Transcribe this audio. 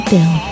Bill